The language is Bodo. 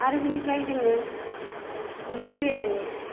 आरो बिनिफ्राय जोङो मोनसे